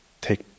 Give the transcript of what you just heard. take